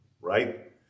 right